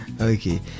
okay